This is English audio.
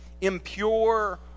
impure